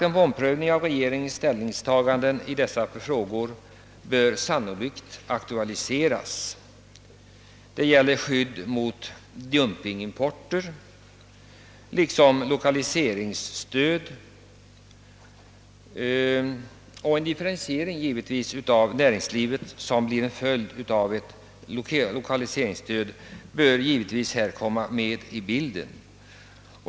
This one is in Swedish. En omprövning av regeringens ställningstagande i dessa frågor bör sannolikt aktualiseras. Det gäller skyddet mot dumpingimporter och en ökning av 1okaliseringsstödet. En differentiering av näringslivet, som blir en följd av ett lokaliseringsstöd, bör givetvis också komma med i bilden.